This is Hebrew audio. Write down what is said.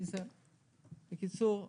בקיצור,